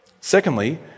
Secondly